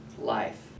life